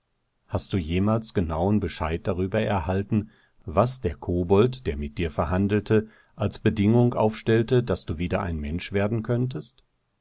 fragen hastdu jemals genauen bescheid darüber erhalten was der kobold der mit dir verhandelte als bedingung aufstellte daß du wieder ein mensch werden könntest